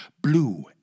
Blue